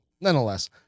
nonetheless